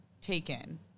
taken